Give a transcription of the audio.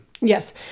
Yes